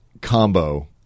combo